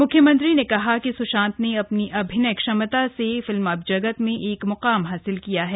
मुख्यमंत्री ने कहा कि श्री सिंह ने अपनी अभिनय क्षमता से फिल्म जगत में एक मुकाम हासिल किया है